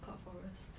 cloud forest